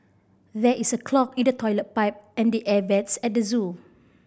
there is a clog in the toilet pipe and the air vents at the zoo